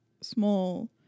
small